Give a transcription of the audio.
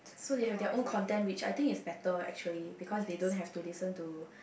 so they have their own content which I think is better actually because they don't have to listen to